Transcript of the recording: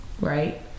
right